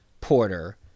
Porter